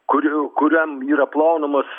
kurių kuriam yra plaunamos